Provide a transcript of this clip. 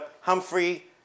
Humphrey